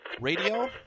radio